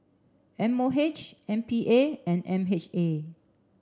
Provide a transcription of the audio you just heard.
M O H M P A and M H A